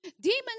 Demons